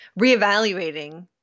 reevaluating